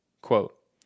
Quote